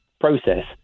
process